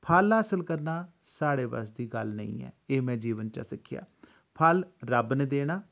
फल हासिल करना साढ़े बस दी गल्ल नेईं ऐ एह् में जीवन चा सिक्खेआ फल रब ने देना